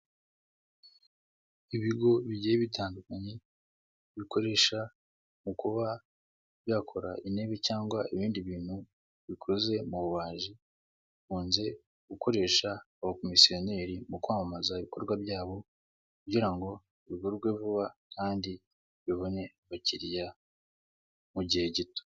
Ibigo bigiye bitandukanye bikoresha mu kuba byakora intebe cyangwa ibindi bintu bikoze mu bubaji bikunze gukoresha abakomisiyoneri mu kwamamaza ibikorwa byabo kugira ngo bigurwe vuba kandi bibone abakiriya mu gihe gito.